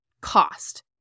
cost